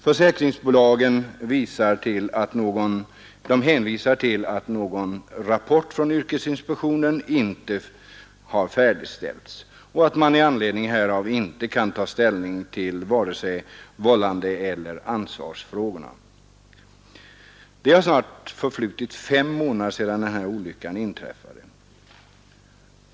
Försäkringsbolagen hänvisar till att någon rapport från yrkesinspektionen inte har färdigställts och att man därför inte kan ta ställning till vare sig vållandeeller ansvarsfrågorna. Det har snart förflutit fem månader sedan olyckan inträffade.